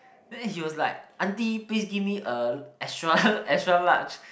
then is just like auntie please give me a extra extra large